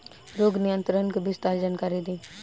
रोग नियंत्रण के विस्तार जानकारी दी?